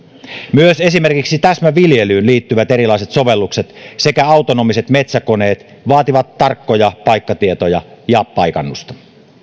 myös esimerkiksi täsmäviljelyyn liittyvät erilaiset sovellukset sekä autonomiset metsäkoneet vaativat tarkkoja paikkatietoja ja paikannusta